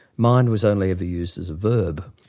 mind was only ever used as a verb,